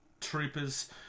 troopers